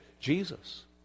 Jesus